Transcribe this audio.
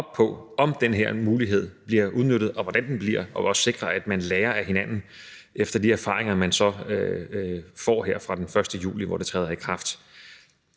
op på, om den her mulighed bliver udnyttet, og hvordan den bliver det, og også sikre, at man lærer af hinanden efter de erfaringer, man så får her fra den 1. juli, hvor det træder i kraft.